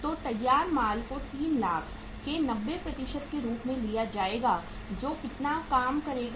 तो तैयार माल को 3 लाख के 90 के रूप में लिया जाएगा जो कितना काम करेगा